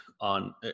on